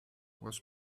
was